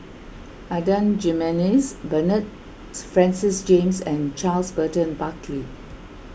Adan Jimenez Bernard Francis James and Charles Burton Buckley